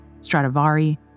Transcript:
Stradivari